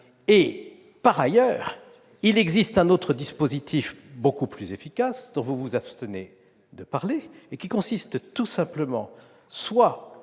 Par ailleurs, il existe un autre dispositif beaucoup plus efficace dont vous vous abstenez de parler, et qui suppose, tout simplement, soit